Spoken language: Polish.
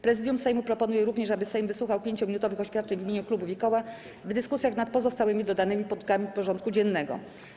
Prezydium Sejmu proponuje również, aby Sejm wysłuchał 5-minutowych oświadczeń w imieniu klubów i koła w dyskusjach nad pozostałymi dodanymi punktami porządku dziennego.